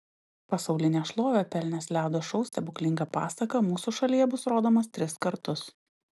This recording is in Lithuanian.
pasaulinę šlovę pelnęs ledo šou stebuklinga pasaka mūsų šalyje bus rodomas tris kartus